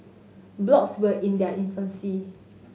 blogs were in their infancy